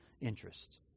interest